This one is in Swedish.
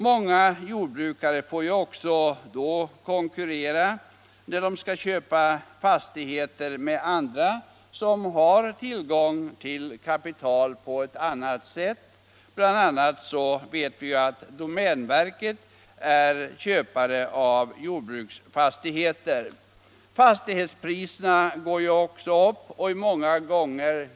Många jordbrukare får, när de skall köpa fastigheter, konkurrera med sådana som på ett annat sätt har tillgång till kapital. Bl. a. domänverket uppträder som köpare av jordbruksfastigheter. Fastighetspriserna går också upp.